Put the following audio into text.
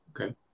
Okay